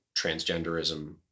transgenderism